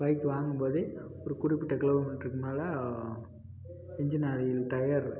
bike வாங்கும்போதே ஒரு குறிப்பிட்ட கிலோ மீட்ருக்கு மேலே இன்ஜின் ஆயில் டயர்